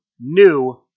new